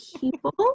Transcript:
people